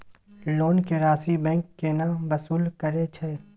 Loan के राशि bank केना वसूल करे छै?